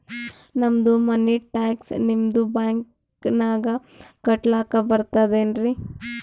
ನಮ್ದು ಮನಿ ಟ್ಯಾಕ್ಸ ನಿಮ್ಮ ಬ್ಯಾಂಕಿನಾಗ ಕಟ್ಲಾಕ ಬರ್ತದೇನ್ರಿ?